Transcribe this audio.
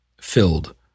filled